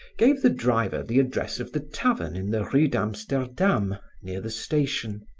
gave the driver the address of the tavern in the rue d'amsterdam near the station,